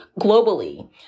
globally